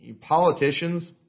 politicians